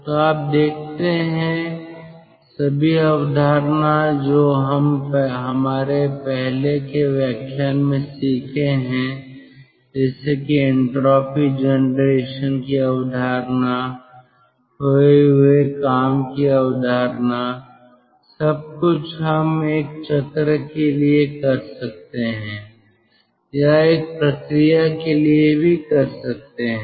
तो आप देखते हैं सभी अवधारणा जो हम हमारे पहले के व्याख्यान में सीखें हैं जैसे कि एन्ट्रापी जनरेशन की अवधारणा खोए हुए काम की अवधारणा सब कुछ हम एक चक्र के लिए कर सकते हैं या एक प्रक्रिया के लिए भी कर सकते हैं